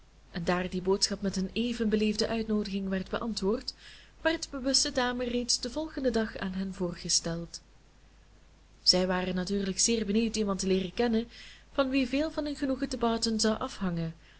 en daar die boodschap met een even beleefde uitnoodiging werd beantwoord werd de bewuste dame reeds den volgenden dag aan hen voorgesteld zij waren natuurlijk zeer benieuwd iemand te leeren kennen van wie veel van hun genoegen te barton zou afhangen